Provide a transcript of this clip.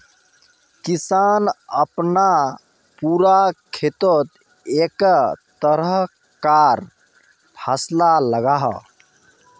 किसान अपना पूरा खेतोत एके तरह कार फासला लगाः